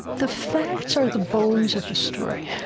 the facts are the bones of the story,